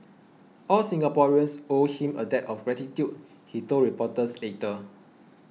all Singaporeans owe him a debt of gratitude he told reporters later